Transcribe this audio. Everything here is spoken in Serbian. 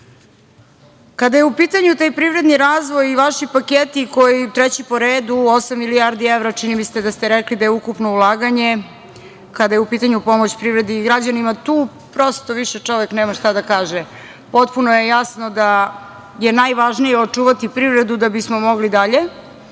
je u pitanju taj privredni razvoj i vaši paketi, koji treći po redu, osam milijardi evra, čini mi se, da ste rekli da je ukupno ulaganje, kada je u pitanju pomoć privredi i građanima, tu prosto čovek više nema šta da kaže. Potpuno je jasno da je najvažnije očuvati privredu da bismo mogli dalje,